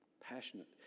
Passionate